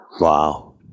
Wow